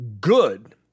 good